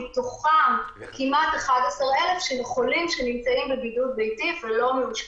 ומתוכם כמעט 11,000 הם חולים שנמצאים בבידוד ביתי ולא מאושפזים.